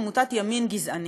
עמותת ימין גזענית,